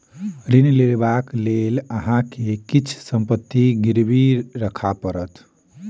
ऋण लेबाक लेल अहाँ के किछ संपत्ति गिरवी राखअ पड़त